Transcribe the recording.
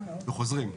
וחוזרים.